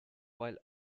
while